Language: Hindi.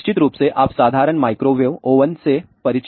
तो निश्चित रूप से आप साधारण माइक्रोवेव ओवन से परिचित हैं